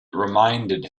reminded